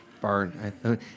Barn